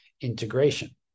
integration